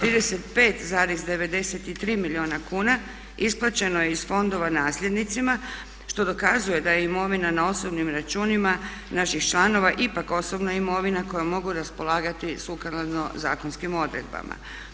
35,93 milijuna kuna isplaćeno je iz fondova nasljednicima što dokazuje da je imovina na osobnim računima naših članova ipak osobna imovina kojom mogu raspolagati sukladno zakonskim odredbama.